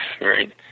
right